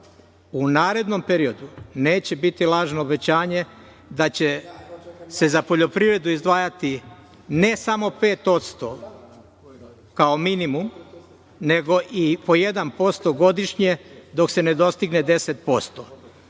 u narednom periodu neće biti lažno obećanje, da će se za poljoprivredu izdvajati, ne samo 5%, kao minimum, nego i po 1% godišnje dok se ne dostigne 10%.To